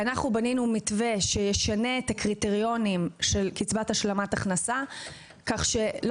בנינו מתווה שישנה את הקריטריונים של קצבת השלמת ההכנסה כך שבסוף,